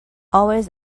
always